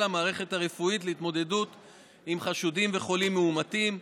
המערכת הרפואית להתמודדות עם חשודים וחולים מאומתים,